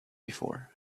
before